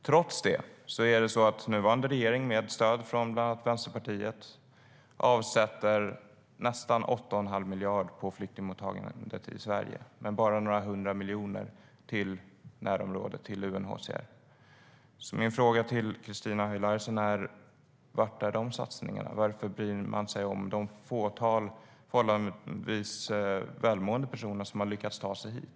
Trots det avsätter den nuvarande regeringen med stöd från bland annat Vänsterpartiet nästan 8 1⁄2 miljard till flyktingmottagningen till Sverige men bara några hundra miljoner till närområdet, till UNHCR.Min fråga till Christina Höj Larsen är: Var är de satsningarna? Varför bryr man sig om det fåtal förhållandevis välmående personer som har lyckats ta sig hit?